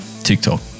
TikTok